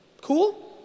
Cool